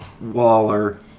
Waller